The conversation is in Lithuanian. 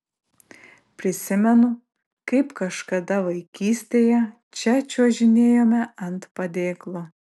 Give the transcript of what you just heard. prisimenu kaip kažkada vaikystėje čia čiuožinėjome ant padėklo